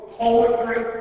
poetry